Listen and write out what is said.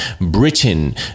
britain